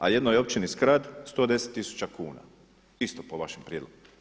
A jednoj općini Skrat 110 tisuća kuna isto po vašem prijedlogu.